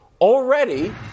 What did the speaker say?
already